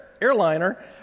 airliner